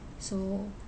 so